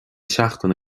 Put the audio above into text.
seachtain